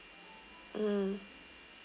mm